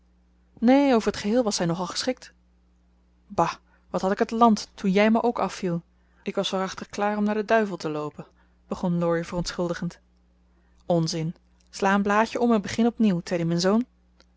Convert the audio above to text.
neen over het geheel was hij nog al geschikt ba wat had ik het land toen jij me ook afviel ik was waarachtig klaar om naar den duivel te loopen begon laurie verontschuldigend onzin sla een blaadje om en begin opnieuw teddy mijn zoon